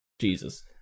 Jesus